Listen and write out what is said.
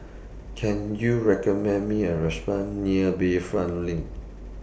Can YOU recommend Me A Restaurant near Bayfront LINK